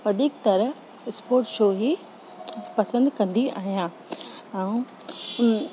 वधीक तर sport shoe ई पसंदि कंदी आहियां ऐं